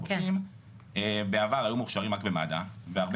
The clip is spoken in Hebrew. חובשים בעבר היו מוכשרים רק במד"א והרבה